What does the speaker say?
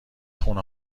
خونه